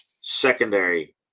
Secondary